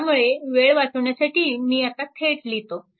त्यामुळे वेळ वाचविण्यासाठी मी आता थेट लिहितो